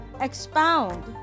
expound